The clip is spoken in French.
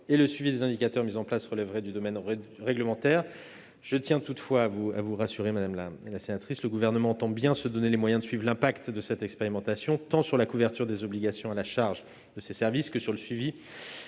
et le suivi des indicateurs mis en place relèveraient du domaine réglementaire. Madame la rapporteure, je tiens toutefois à vous rassurer : le Gouvernement entend bien se donner les moyens de suivre les effets de cette expérimentation, tant sur la couverture des obligations à la charge de ces services que sur le suivi